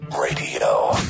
Radio